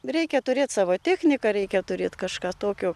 reikia turėt savo techniką reikia turėt kažką tokio